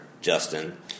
Justin